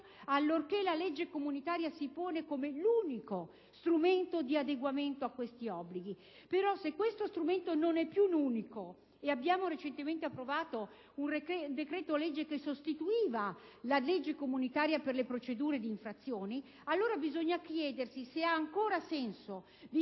allorché la legge comunitaria si pone come l'unico strumento di adeguamento a tali obblighi. Però, se questo strumento non è più l'unico - e abbiamo approvato di recente un decreto-legge che sostituiva la legge comunitaria per le procedure di infrazione - allora bisogna chiedersi se ha ancora senso vincolare